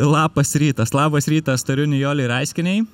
lapas rytas labas rytas tariu nijolei raiskienei